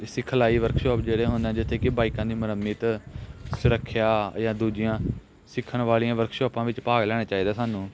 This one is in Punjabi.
ਸਿਖਲਾਈ ਵਰਕਸ਼ਾਪ ਜਿਹੜੇ ਹੁੰਦੇ ਜਿੱਥੇ ਕਿ ਬਾਈਕਾਂ ਦੀ ਮੁਰੰਮਤ ਸੁਰੱਖਿਆ ਜਾਂ ਦੂਜੀਆਂ ਸਿੱਖਣ ਵਾਲੀਆਂ ਵਰਕਸ਼ੋਪਾਂ ਵਿੱਚ ਭਾਗ ਲੈਣਾ ਚਾਹੀਦਾ ਸਾਨੂੰ